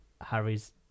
Harry's